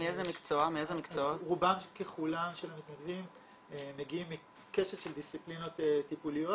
רובם ככולם של המתנדבים מגיעים מקשת של דיסציפלינות טיפוליות.